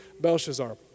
Belshazzar